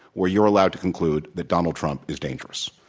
where you're allowed to conclude that donald trump is dangerous,